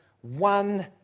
one